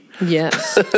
Yes